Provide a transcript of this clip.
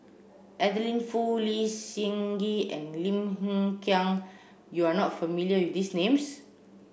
Adeline Foo Lee Seng Gee and Lim Hng Kiang you are not familiar with these names